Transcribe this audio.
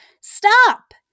stop